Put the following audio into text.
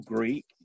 Greek